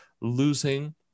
losing